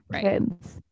kids